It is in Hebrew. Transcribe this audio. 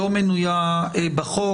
שלא מנויה בחוק.